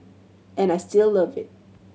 and I still love it